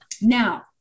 Now